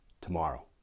tomorrow